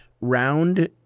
round